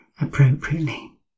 appropriately